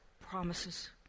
promises